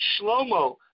Shlomo